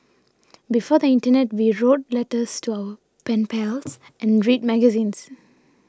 before the internet we wrote letters to our pen pals and read magazines